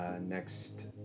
Next